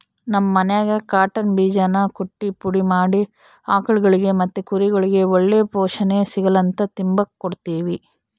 ನಮ್ ಮನ್ಯಾಗ ಕಾಟನ್ ಬೀಜಾನ ಕುಟ್ಟಿ ಪುಡಿ ಮಾಡಿ ಆಕುಳ್ಗುಳಿಗೆ ಮತ್ತೆ ಕುರಿಗುಳ್ಗೆ ಒಳ್ಳೆ ಪೋಷಣೆ ಸಿಗುಲಂತ ತಿಂಬಾಕ್ ಕೊಡ್ತೀವಿ